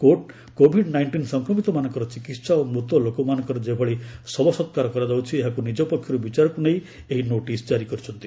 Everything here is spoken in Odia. କୋର୍ଟ୍ କୋଭିଡ୍ ନାଇଷ୍ଟିନ୍ ସଂକ୍ରମିତମାନଙ୍କର ଚିକିିିି ା ଓ ମୃତ ଲୋକମାନଙ୍କର ଯେଭଳି ଶବସକ୍କାର କରାଯାଉଛି ଏହାକୁ ନିଜ ପକ୍ଷରୁ ବିଚାରକୁ ନେଇ ଏହି ନୋଟିସ୍ ଜାରି କରିଛନ୍ତି